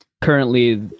Currently